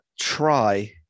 try